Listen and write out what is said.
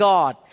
God